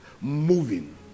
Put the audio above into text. moving